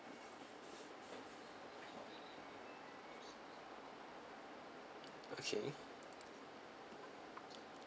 okay